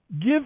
Give